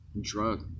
drug